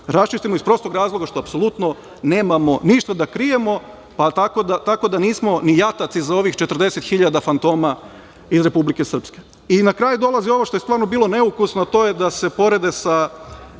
raščistimo iz prostog razloga što apsolutno nemamo ništa da krijemo, pa tako da nismo ni jataci za ovih 40.000 fantoma iz Republike Srpske. Na kraju dolazi ovo što je stvarno bilo neukusno, a to je da se porede se